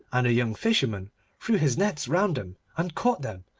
and the young fisherman threw his nets round them and caught them,